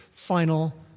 Final